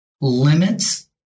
Limits